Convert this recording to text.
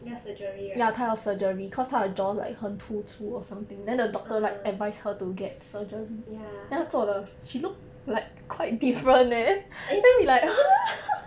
要 surgery right surgery ah ya eh